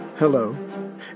Hello